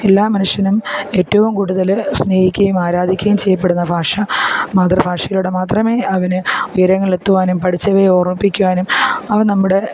എല്ലാ മനുഷ്യനും ഏറ്റവും കൂടുതൽ സ്നേഹിക്കുകയും ആരാധിക്കിഉകയും ചെയ്യപ്പെടുന്ന ഭാഷ മാതൃഭാഷയിലൂടെ മാത്രമേ അവന് ഉയരങ്ങളിൽ എത്തുവാനും പഠിച്ചവയെ ഓർമ്മിപ്പിക്കുവാനും അവ നമ്മുടെ